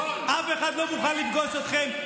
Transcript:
אף אחד לא מוכן לפגוש אתכם.